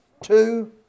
two